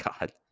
God